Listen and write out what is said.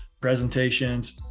presentations